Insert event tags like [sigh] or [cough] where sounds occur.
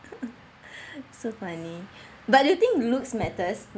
[laughs] so funny [breath] but you think looks matters